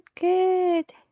good